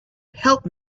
help